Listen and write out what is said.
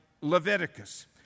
Leviticus